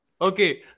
Okay